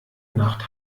nacht